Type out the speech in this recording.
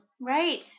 Right